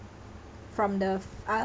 from the uh